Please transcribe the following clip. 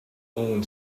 own